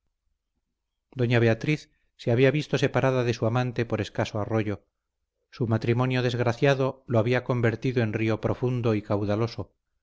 doña beatriz se había visto separada de su amante por escaso arroyo su matrimonio desgraciado lo había convertido en río profundo y caudaloso